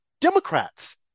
Democrats